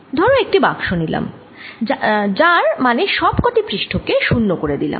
ধরো একটি বাক্স নিলাম যার মানে সব কটি পৃষ্ঠ কে 0 করে দিলাম